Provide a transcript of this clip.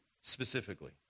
specifically